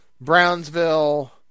Brownsville